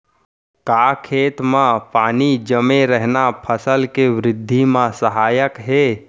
का खेत म पानी जमे रहना फसल के वृद्धि म सहायक हे?